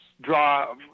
draw